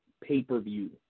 pay-per-view